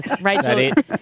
Rachel